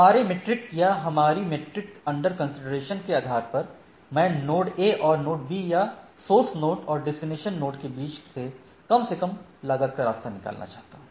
हमारे मीट्रिक या हमारी मीट्रिक अंडर कंसीडरेशन के आधार पर मैं नोड ए और नोड बी या सोर्स नोड और डेस्टिनेशन नोड के बीच कम से कम लागत का रास्ता निकालना चाहता हूं